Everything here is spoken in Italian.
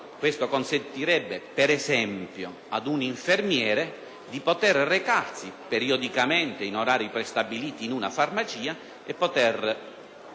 Ciòconsentirebbe, per esempio, ad un infermiere di recarsi periodicamente, in orari prestabiliti, in una farmacia e